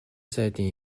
сайдын